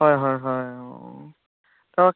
হয় হয় হয় অঁ তাৰপৰা